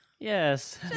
Yes